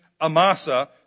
Amasa